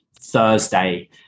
Thursday